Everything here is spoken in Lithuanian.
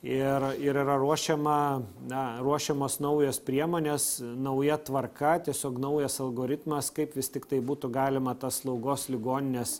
ir ir yra ruošiama na ruošiamos naujos priemonės nauja tvarka tiesiog naujas algoritmas kaip vis tiktai būtų galima tas slaugos ligonines